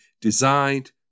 designed